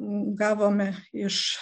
gavome iš